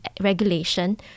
regulation